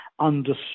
understood